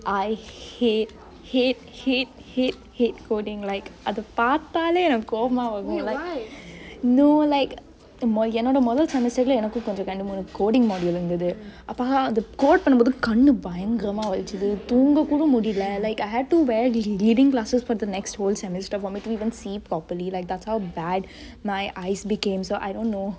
I hate hate hate hate hate coding like அத பாத்தாலெ எனக்கு கோவமாகு:athe paathale enaku kovemaagu no like என்னோட மொதல்:ennode mothal semester ல எனக்கு கொஞ்சொ:le enaku konjo kinda coding module இருந்தது அப்பொ அத:irunthathu appe athe code பன்னமொது கண்ணு பயங்கரமா வலிச்சது தூங்ககூட முடில:pannemothu kannu bayangaremaa valichathu tuungekode mudile like I have to wear reading glasses for the next whole semester cause I can't even see properly that's how bad my eyes became so I don't even know